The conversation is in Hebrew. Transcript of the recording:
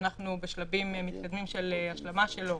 ואנחנו בשלבים מתקדמים של ההשלמה שלו